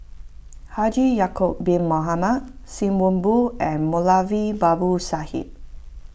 Haji Ya'Acob Bin Mohamed Sim Wong Hoo and Moulavi Babu Sahib